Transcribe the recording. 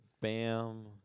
Bam